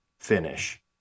finish